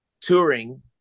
Touring